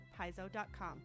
paizo.com